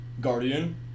Guardian